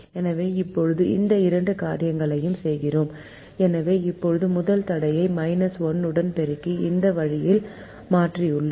எனவே இப்போது இந்த இரண்டு காரியங்களையும் செய்கிறோம் எனவே இப்போது முதல் தடையை 1 உடன் பெருக்கி இந்த வழியில் மாற்றியுள்ளோம்